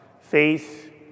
faith